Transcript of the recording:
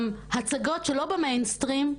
גם הצגות שלא במיינסטרים,